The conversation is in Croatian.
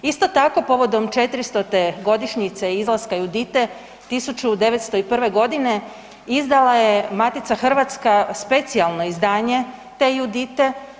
Isto tako povodom 400-te godišnjice izlaska Judite 1901. godine izdala je Matica hrvatska specijalno izdanje te Judite.